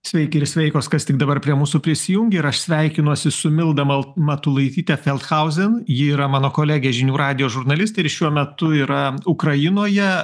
sveiki ir sveikos kas tik dabar prie mūsų prisijungė ir aš sveikinuosi su milda mal matulaityte feldhausen ji yra mano kolegė žinių radijo žurnalistė ir šiuo metu yra ukrainoje